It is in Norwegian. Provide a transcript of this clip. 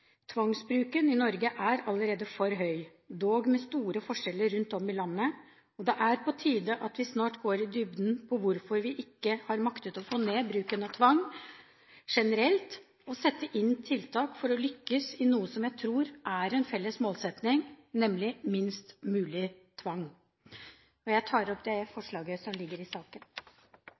Tvangsbruken i Norge er allerede for høy, dog med store forskjeller rundt om i landet. Det er på tide at vi snart går i dybden på hvorfor vi ikke har maktet å få ned bruken av tvang generelt, og setter inn tiltak for å lykkes med noe som jeg tror er en felles målsetting, nemlig minst mulig tvang. Jeg tar opp forslaget som ligger i saken.